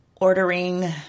ordering